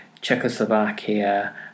Czechoslovakia